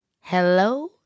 Hello